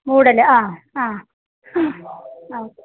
മൂടൽ ആ ആ അ